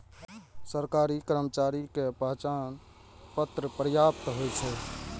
सरकारी कर्मचारी के पहचान पत्र पर्याप्त होइ छै